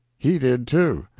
he did, too.